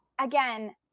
again